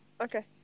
Okay